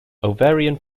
ovarian